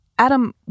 Adam